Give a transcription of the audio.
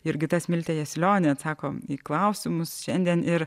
jurgita smiltė jasiulionė atsako į klausimus šiandien ir